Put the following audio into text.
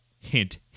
Hint